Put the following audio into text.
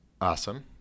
Awesome